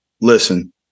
listen